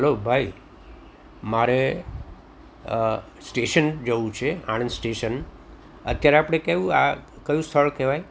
hello ભાઈ મારે station જવું છે આણંદ સ્ટેશન અત્યારે આપણે આ કયું આ સ્થળ કહેવાય